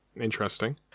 Interesting